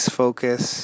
focus